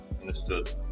understood